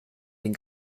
den